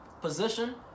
position